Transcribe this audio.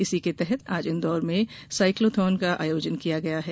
इसी के तहत आज इंदौर में साइक्लोथोन का आयोजन किया गया है